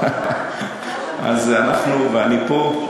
ואני פה,